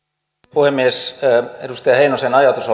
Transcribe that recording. puhemies edustaja heinosen ajatus